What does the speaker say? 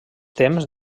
temps